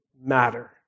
matter